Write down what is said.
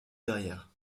derrière